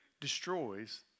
destroys